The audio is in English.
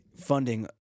funding